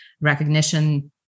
recognition